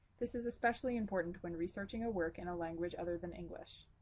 this is especially important when researching a work in a language other than english.